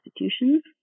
institutions